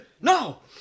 No